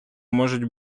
можуть